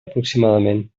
aproximadament